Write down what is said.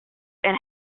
and